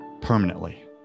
permanently